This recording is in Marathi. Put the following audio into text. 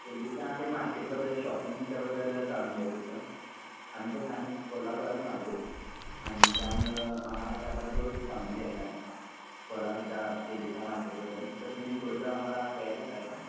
दिल्लीच्या ते मार्केटबद्दल शॉपिंग ह्याच्याबद्दल जाणून घ्यायचं होतं आम्ही कसं आम्ही कोल्हापुरातून आलो आहे आणि त्यामुळं आम्हाला त्याबद्दल थोडंसं जाणून घ्यायचं आहे कोला ह्याच्या दिल्लीच्या मार्केटबद्दल तर तुम्ही थोडेफार आम्हाला गाईड करत आहे का